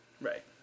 Right